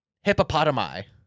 hippopotami